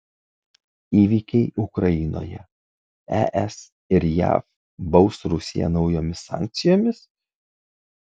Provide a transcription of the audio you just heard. įvykiai ukrainoje es ir jav baus rusiją naujomis sankcijomis